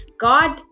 God